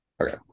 Okay